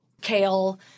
kale